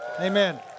Amen